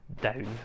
down